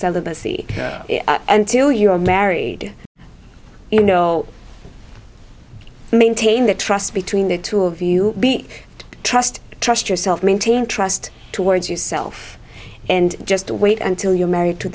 celibacy and till you are married you know maintain the trust between the two of you be trust trust yourself maintain trust towards yourself and just wait until you're married to